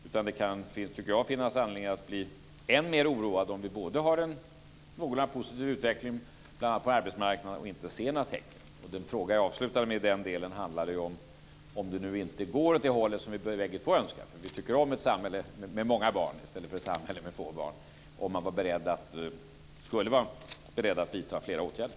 Därför tycker jag att det kan finnas anledning att bli än mer oroad om vi har en någorlunda positiv utveckling, bl.a. på arbetsmarknaden, men ändå inte ser några tecken. Den fråga som jag avslutade med i den delen handlade ju om ifall det inte går åt det hållet som vi bägge två önskar, för vi tycker om ett samhälle med många barn i stället för ett samhälle med få barn, om man i så fall skulle vara beredd att vidta fler åtgärder.